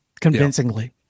convincingly